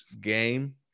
game